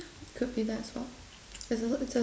could be that's what